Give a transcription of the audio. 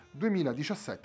2017